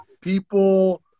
People